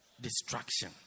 destruction